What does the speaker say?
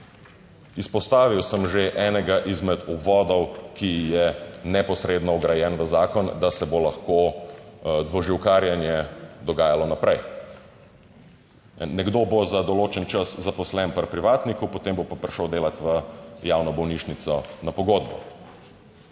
Izpostavil sem že enega izmed uvodov, ki je neposredno vgrajen v zakon, da se bo lahko dvoživkarjenje dogajalo naprej. Nekdo bo za določen čas zaposlen pri privatniku, potem bo pa prišel delat v javno bolnišnico na pogodbo.